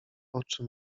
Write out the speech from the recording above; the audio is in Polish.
oczy